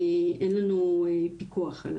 אבל אין לנו פיקוח על